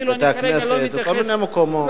בתי-כנסת וכל מיני מקומות,